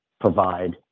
provide